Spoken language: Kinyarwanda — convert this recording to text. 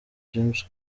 james